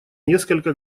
несколько